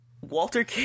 Walter